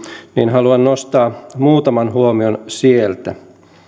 haluan nostaa muutaman huomion sieltä